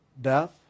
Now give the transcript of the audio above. Death